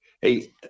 Hey